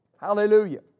Hallelujah